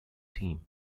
team